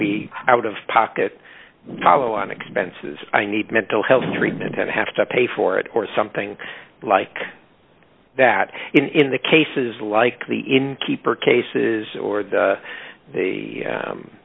be out of pocket pollo on expenses i need mental health treatment and have to pay for it or something like that in the cases like the innkeeper cases or the the